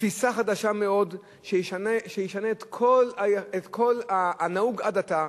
תפיסה חדשה מאוד שתשנה את כל הנהוג עד עתה,